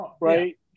right